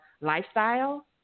lifestyle